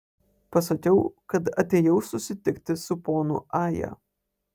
pasakiau kad atėjau susitikti su ponu aja